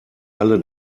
alle